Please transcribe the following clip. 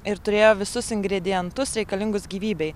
ir turėjo visus ingredientus reikalingus gyvybei